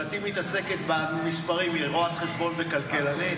כלתי מתעסקת במספרים, היא רואת חשבון וכלכלנית.